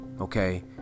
okay